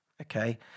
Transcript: Okay